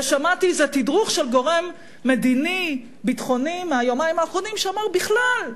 שמעתי איזה תדרוך של גורם מדיני ביטחוני מהיומיים האחרונים שאומר: בכלל,